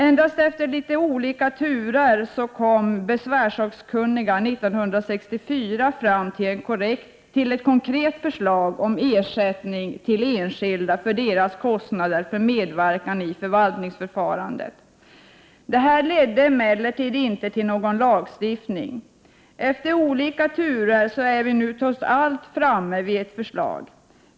Efter litet olika turer lade besvärssakkunniga 1964 fram ett konkret förslag om ersättning till enskilda för deras kostnader för medverkan i förvaltningsförfarandet. Detta ledde emellertid inte till någon lagstiftning. Efter litet olika svängar är vi nu trots allt framme vid ett förslag.